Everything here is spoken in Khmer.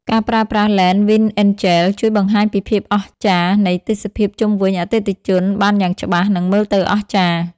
ការប្រើប្រាស់ឡេន Wide-angle ជួយបង្ហាញពីភាពអស្ចារ្យនៃទេសភាពជុំវិញអតិថិជនបានយ៉ាងច្បាស់ និងមើលទៅអស្ចារ្យ។